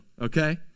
Okay